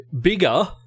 bigger